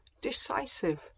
Decisive